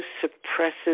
suppresses